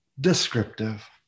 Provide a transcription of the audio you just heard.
descriptive